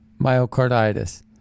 myocarditis